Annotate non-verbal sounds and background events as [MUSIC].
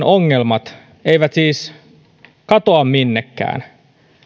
[UNINTELLIGIBLE] ongelmat eivät siis katoa minnekään